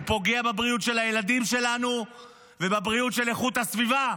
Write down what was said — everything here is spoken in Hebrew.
הוא פוגע בבריאות של הילדים שלנו ובבריאות של איכות הסביבה.